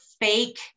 fake